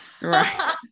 right